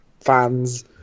fans